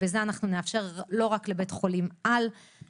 בזה אנחנו נאפשר לא רק לבית חולים-על לקבל את זה.